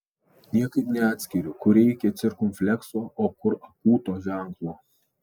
niekaip neatskiriu kur reikia cirkumflekso o kur akūto ženklo